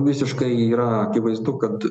visiškai yra akivaizdu kad